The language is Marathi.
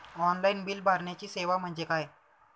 ऑनलाईन बिल भरण्याची सेवा म्हणजे काय?